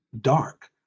dark